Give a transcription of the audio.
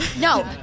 No